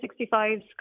65s